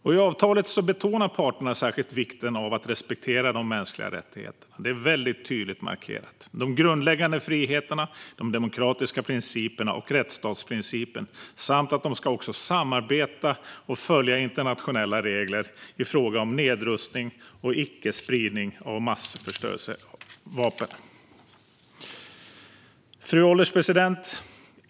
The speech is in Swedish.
I avtalet betonar parterna särskilt vikten av att respektera de mänskliga rättigheterna. Det är tydligt markerat. Det gäller de grundläggande friheterna, de demokratiska principerna och rättsstatsprincipen. De ska också samarbeta och följa internationella regler i fråga om nedrustning och icke-spridning av massförstörelsevapen. Fru ålderspresident!